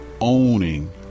Owning